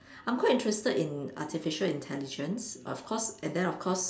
I'm quite interested in artificial intelligence of course and then of course